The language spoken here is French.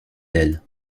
d’elle